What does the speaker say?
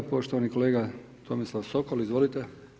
Poštovani kolega Tomislav Sokol, izvolite.